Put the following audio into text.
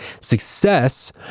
Success